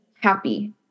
happy